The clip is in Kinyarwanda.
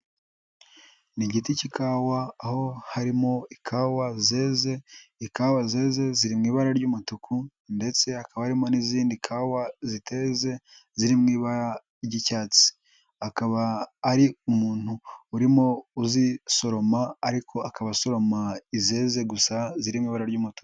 Ni igiti cy'ikawa aho harimo ikawa zeze, ikawa zeze ziri mu ibara ry'umutuku ndetse hakaba harimo n'izindi kawa ziteze ziri mu ibara ry'icyatsi. Akaba ari umuntu urimo uzisoroma ariko akaba asoroma izeze gusa ziri mu ibara ry'umutuku.